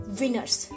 winners